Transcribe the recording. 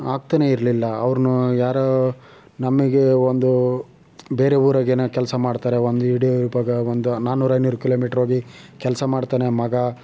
ಆಗ್ತಾನೇ ಇರ್ಲಿಲ್ಲ ಅವ್ರುನು ಯಾರೋ ನಮಗೆ ಒಂದು ಬೇರೆ ಊರಾಗೇನೊ ಕೆಲಸ ಮಾಡ್ತಾರೆ ಒಂದು ಇಡೀ ಇವಾಗ ಒಂದು ನಾನ್ನೂರು ಐನೂರು ಕಿಲೋ ಮೀಟ್ರ್ ಹೋಗಿ ಕೆಲಸ ಮಾಡ್ತಾನೆ ಮಗ